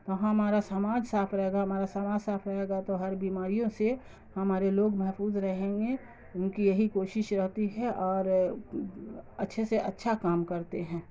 تو ہم ہمارا سماج صاف رہے گا ہمارا سماج صاف رہے گا تو ہر بیماریوں سے ہمارے لوگ محفوظ رہیں گے ان کی یہی کوشش رہتی ہے اور اچھے سے اچھا کام کرتے ہیں